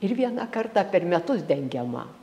ir vieną kartą per metus dengiama